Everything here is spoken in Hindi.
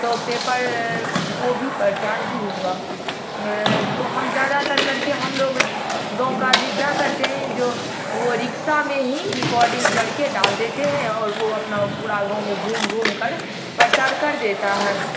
तो पेपर वो भी प्रचार ही हुआ तो हम ज़्यादातर करके हम लोग गाँव का आदमी क्या करते हैं जो वो रिक्शा में ही रिकॉर्डिंग करके डाल देते हें और वो अपना पूरा गाँव में घूम घूमकर प्रचार कर देता है